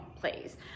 please